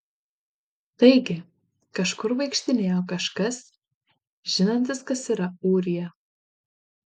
taigi kažkur vaikštinėjo kažkas žinantis kas yra ūrija